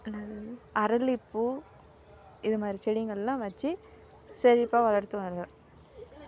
என்னது அரளிப்பூ இது மாதிரி செடிகள்லாம் வச்சு செழிப்பாக வளர்த்து வரேன்